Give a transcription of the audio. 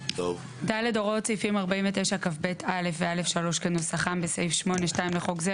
" (ד)הוראות סעיפים 49כב(א) ו-(א3) כנוסחם בסעיף 8(2) לחוק זה,